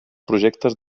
projectes